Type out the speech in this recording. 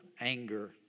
anger